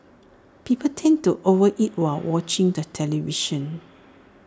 people tend to over eat while watching the television